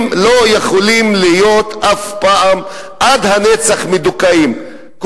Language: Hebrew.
לא יכולים להיות אף פעם מדוכאים לנצח,